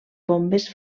bombes